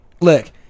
look